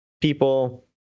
people